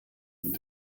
mit